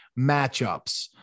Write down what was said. matchups